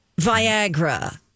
viagra